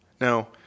Now